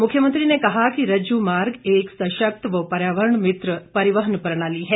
मुख्यमंत्री ने कहा कि रज्जू मार्ग एक सशक्त व पर्यावरण मित्र परिवहन प्रणाली है